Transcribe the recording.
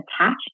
attached